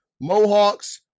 Mohawks